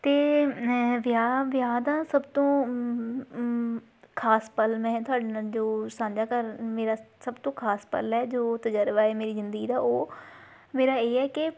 ਅਤੇ ਵਿਆਹ ਵਿਆਹ ਦਾ ਸਭ ਤੋਂ ਖਾਸ ਪਲ ਮੈਂ ਤੁਹਾਡੇ ਨਾਲ ਜੋ ਸਾਂਝਾ ਕਰ ਮੇਰਾ ਸਭ ਤੋਂ ਖਾਸ ਪਲ ਹੈ ਜੋ ਤਜਰਬਾ ਮੇਰੀ ਜ਼ਿੰਦਗੀ ਦਾ ਉਹ ਮੇਰਾ ਇਹ ਹੈ ਕਿ